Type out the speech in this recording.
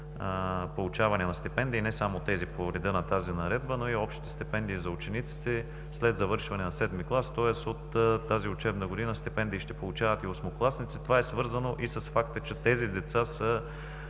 получаване на стипендии, и не само тези по реда на тази наредба, но и общи стипендии за учениците след завършване на VII клас. Тоест от тази учебна година стипендии ще получават и осмокласници. Това е свързано и с факта, че тези деца не